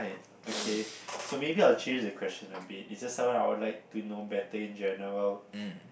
okay so maybe I'll change the question a bit is just someone that I would like to know better in general